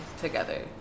together